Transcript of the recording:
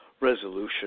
resolution